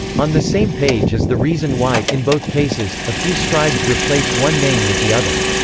on the same page is the reason why, in both cases, a few scribes replaced one name with the other.